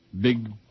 Big